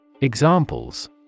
Examples